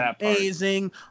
amazing